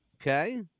Okay